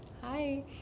Hi